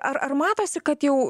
ar ar matosi kad jau